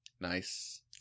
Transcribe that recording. Nice